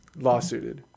lawsuited